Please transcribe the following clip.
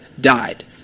died